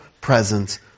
presence